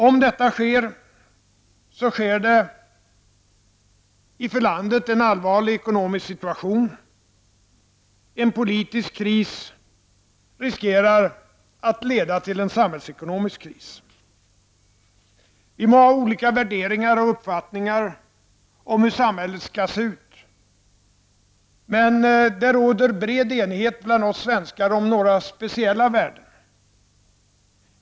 Om detta sker, så sker det i en för landet allvarlig ekonomisk situation. En politisk kris riskerar att leda till en samhällsekonomisk kris. Vi må ha olika värderingar och uppfattningar om hur samhället skall se ut. Men det råder bred enighet bland oss svenskar om några speciella värden.